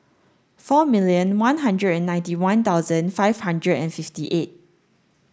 four million one hundred and ninety one thousand five hundred and fifty eight